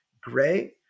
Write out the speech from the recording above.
gray